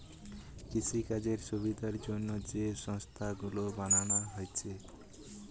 কৃষিকাজের সুবিধার জন্যে যে সংস্থা গুলো বানানা হচ্ছে